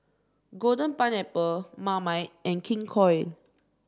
Golden Pineapple Marmite and King Koil